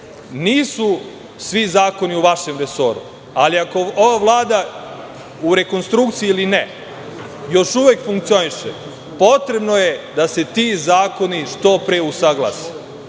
Nisu svi zakoni u vašem resoru. Ali ako ova Vlada, u rekonstrukciji ili ne, još uvek funkcioniše, potrebno je da se ti zakoni što pre